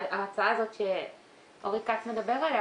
ההצעה הזאת שעו"ד אורי כץ מדבר עליה,